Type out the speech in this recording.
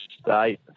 state